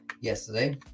yesterday